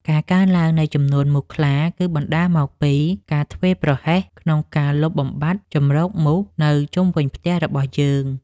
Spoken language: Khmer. ការកើនឡើងនៃចំនួនមូសខ្លាគឺបណ្តាលមកពីការធ្វេសប្រហែសក្នុងការលុបបំបាត់ជម្រកមូសនៅជុំវិញផ្ទះរបស់យើង។